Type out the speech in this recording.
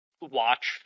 watch